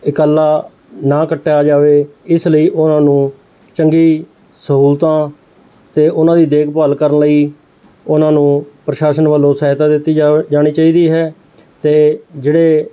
ਇਕੱਲਾ ਨਾ ਕੱਟਿਆ ਜਾਵੇ ਇਸ ਲਈ ਉਹਨਾਂ ਨੂੰ ਚੰਗੀ ਸਹੂਲਤਾਂ ਅਤੇ ਉਹਨਾਂ ਦੀ ਦੇਖਭਾਲ ਕਰਨ ਲਈ ਉਹਨਾਂ ਨੂੰ ਪ੍ਰਸ਼ਾਸਨ ਵੱਲੋਂ ਸਹਾਇਤਾ ਦਿੱਤੀ ਜਾਵੇ ਜਾਣੀ ਚਾਹੀਦੀ ਹੈ ਅਤੇ ਜਿਹੜੇ